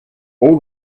all